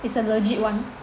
it's a legit [one]